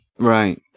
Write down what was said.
Right